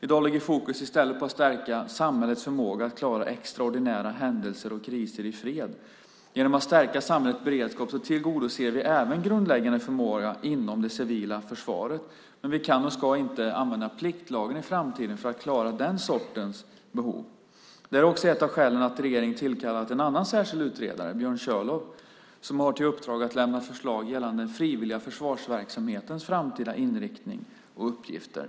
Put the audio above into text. I dag ligger fokus i stället på att stärka samhällets förmåga att klara extraordinära händelser och kriser i fred. Genom att stärka samhällets beredskap tillgodoser vi även den grundläggande förmågan inom det civila försvaret. Vi kan inte, och ska inte, använda pliktlagen i framtiden för att klara den sortens behov. Det är också ett av skälen till att regeringen tillkallat en särskild utredare, Björn Körlof, som har i uppdrag att lämna förslag gällande den frivilliga försvarsverksamhetens framtida inriktning och uppgifter.